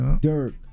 Dirk